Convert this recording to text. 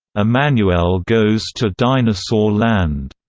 emanuelle goes to dinosaur land,